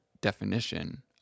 definition